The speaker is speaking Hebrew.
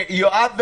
ויואב ואני,